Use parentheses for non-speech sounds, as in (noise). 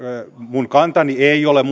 minun kantani ei ole (unintelligible)